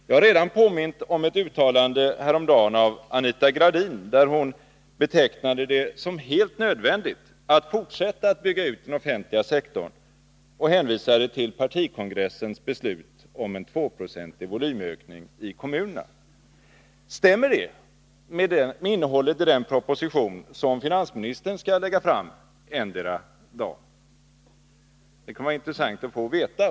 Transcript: Jag har redan påmint om ett uttalande häromdagen av Anita Gradin där hon betecknade det som helt nödvändigt att fortsätta att bygga ut den offentliga sektorn, och hon hänvisade till partikongressens beslut om en 2-procentig volymökning i kommunerna. Stämmer det med innehållet i den proposition som finansministern skall lägga fram endera dagen? Det kan vara intressant att få veta.